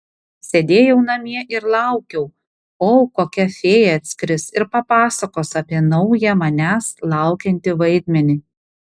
sėdėjau namie ir laukiau kol kokia fėja atskris ir papasakos apie naują manęs laukiantį vaidmenį